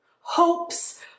hopes